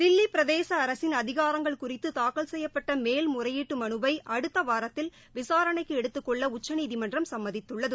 தில்லி பிரதேச அரசின் அதிகாரங்கள் குறித்து தாக்கல் செய்யப்பட்ட மேல் முறையீட்டு மனுவை அடுத்த வாரத்தில் விசாரணைக்கு எடுத்துக் கொள்ள உச்சநீதிமன்றம் சும்மதித்துள்ளது